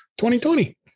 2020